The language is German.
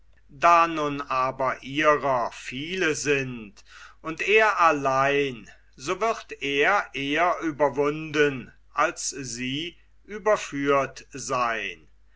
da nun aber ihrer viele sind und er allein so wird er eher überwunden als sie überführt seyn